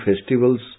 festivals